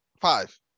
Five